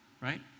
right